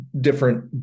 different